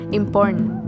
important